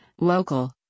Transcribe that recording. local